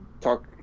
talk